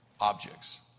objects